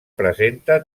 presenta